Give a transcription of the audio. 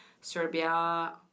Serbia